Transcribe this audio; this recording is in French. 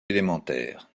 élémentaire